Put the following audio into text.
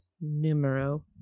Numero